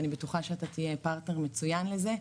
אני בטוחה שאתה תהיה פרטנר מצוין לזה.